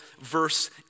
verse